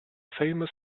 famous